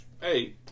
Hey